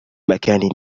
مكان